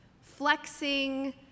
flexing